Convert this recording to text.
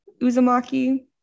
Uzumaki